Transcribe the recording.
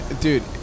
dude